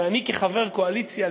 ואני כחבר קואליציה,